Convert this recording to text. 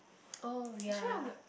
oh ya